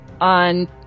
on –